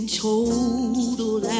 total